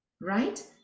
right